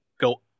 go